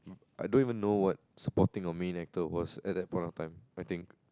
I don't even know what supporting or main actor was at that point of time I think